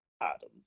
Adam